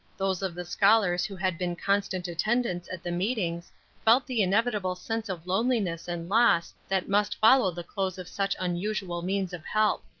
those of the scholars who had been constant attendants at the meetings felt the inevitable sense of loneliness and loss that must follow the close of such unusual means of help.